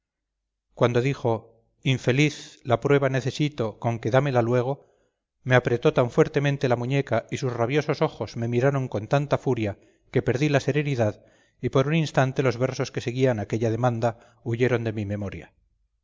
le salían del fondo del alma cuando dijo me apretó tan fuertemente la muñeca y sus rabiosos ojos me miraron con tanta furia que perdí la serenidad y por un instante los versos que seguían a aquella demanda huyeron de mi memoria